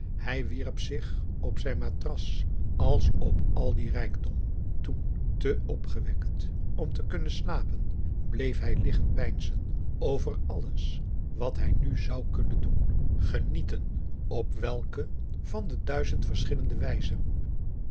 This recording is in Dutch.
hij wierp zich op zijn matras als op al dien rijkdom toen te opgewekt om te kunnen slapen bleef hij liggen peinzen over alles wat hij nu zou kunnen doen genieten op augusta de wit orpheus in de dessa welke van de duizend verschillende wijzen